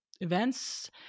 events